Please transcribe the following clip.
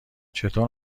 چطور